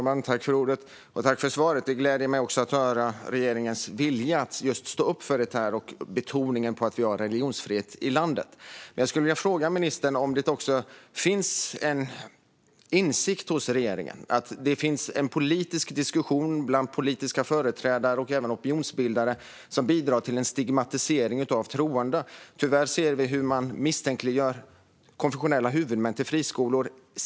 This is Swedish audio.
Herr talman! Jag tackar för svaret. Det gläder mig att höra regeringens vilja att stå upp för det här och betoningen på att vi har religionsfrihet i landet. Men jag skulle vilja fråga ministern om det också finns en insikt hos regeringen om att det förs en politisk diskussion mellan politiska företrädare och opinionsbildare vilken bidrar till en stigmatisering av troende. Tyvärr ser vi hur huvudmän till konfessionella friskolor misstänkliggörs.